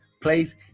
place